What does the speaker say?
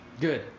Good